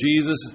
Jesus